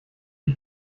die